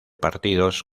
partidos